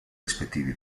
rispettivi